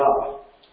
up